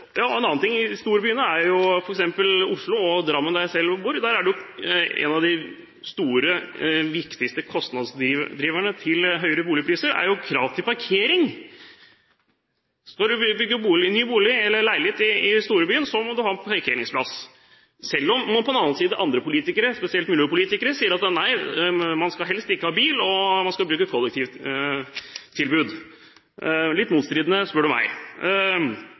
En annen ting er at i storbyene, f.eks. i Oslo og i Drammen der jeg selv bor, er en av de store, viktigste kostnadsdriverne for høyere boligpriser krav til parkering. Skal du bygge ny bolig eller leilighet i storbyen, må du ha parkeringsplass. Selv om man på en annen side – andre politikere, spesielt miljøpolitikere – sier: Nei, man skal helst ikke ha bil, man skal bruke kollektivtilbud. Litt motstridende, spør